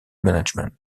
management